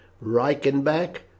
Reichenbach